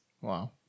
wow